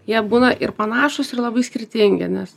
jie būna ir panašūs ir labai skirtingi nes